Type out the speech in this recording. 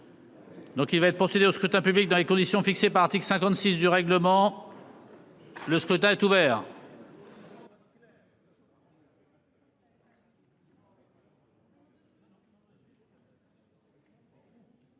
Donc il va être poursuivi au scrutin public dans les conditions fixées par Dick 56 du règlement. Le scrutin est ouvert.